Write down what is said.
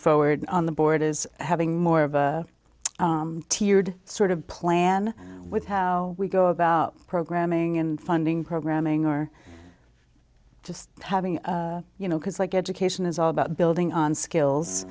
forward on the board is having more of a tiered sort of plan with how we go about programming and funding programming or just having you know because like education is all about building on skills